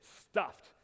stuffed